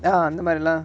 ah அந்தமாரிலா:anthamarila